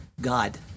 god